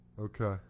Okay